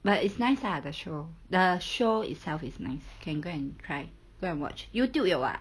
but it's nice ah the show the show itself is nice can go and try go and watch YouTube 有啊